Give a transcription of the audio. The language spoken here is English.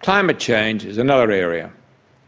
climate change is another area